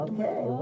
Okay